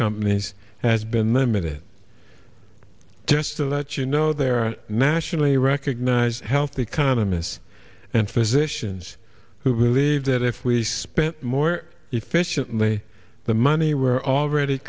companies has been limited just to let you know there are nationally recognized health economists and physicians who believe that if we spent more efficiently the money we're already